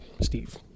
Steve